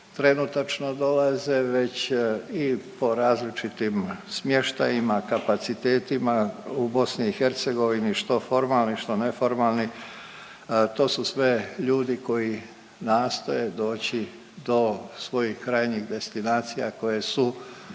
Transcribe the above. trenutačno dolaze, već i po različitim smještajima, kapacitetima u BiH, što formalni, što neformalni, to su sve ljudi koji nastoje doći do svojih krajnjih destinacije koje su,